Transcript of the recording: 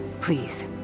please